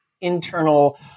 internal